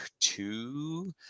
two